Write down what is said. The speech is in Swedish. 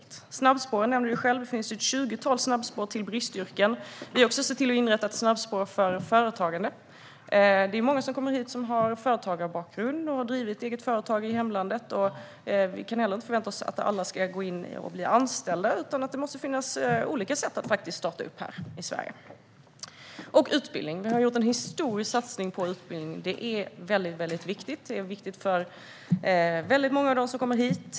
Christian Holm Barenfeld nämnde själv snabbspåren. Det finns ett tjugotal snabbspår till bristyrken. Vi har även sett till att inrätta ett snabbspår till företagande. Många som kommer hit har företagarbakgrund och har drivit ett eget företag i hemlandet. Vi kan inte förvänta oss att alla ska bli anställda, utan det måste finnas olika sätt att starta upp här i Sverige. Vi har vidare gjort en historisk satsning på utbildning. Detta är väldigt viktigt för många av dem som kommer hit.